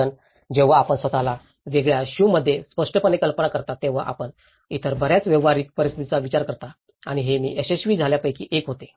कारण जेव्हा आपण स्वत ला वेगळ्या शूजमध्ये स्पष्टपणे कल्पना करता तेव्हा आपण इतर बर्याच व्यावहारिक परिस्थितींचा विचार करता आणि हे मी यशस्वी झालेल्यांपैकी एक होते